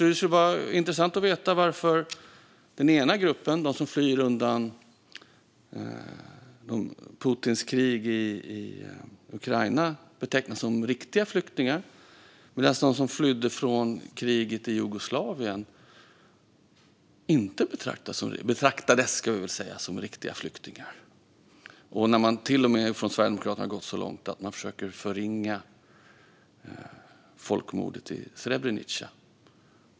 Det skulle vara intressant att veta varför den ena gruppen, de som flyr undan Putins krig i Ukraina, betecknas som riktiga flyktingar, medan de som flydde från kriget i Jugoslavien inte betraktades som riktiga flyktingar. Man har från Sverigedemokraterna till och med gått så långt att man försöker förringa folkmordet i Srebrenica.